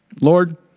Lord